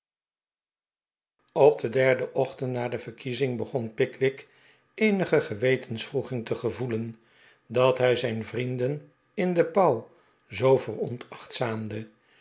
op den derden ochtend na de verkiezing begon pickwick eenige gewetenswroeging te gevoelen dat hij zijn vrienden in de pauw zoo veronaehtzaamde